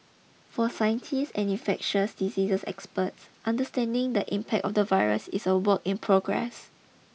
for scientists and infectious diseases experts understanding the impact of the virus is a work in progress